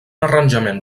arranjament